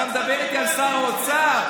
אתה מדבר איתי על שר האוצר?